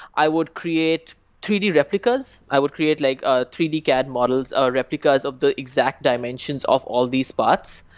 i would create three d replicas. i would create like ah three d cad models or replicas of the exact dimensions of all these parts.